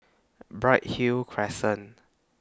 Bright Hill Crescent